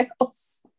else